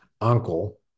uncle